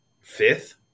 fifth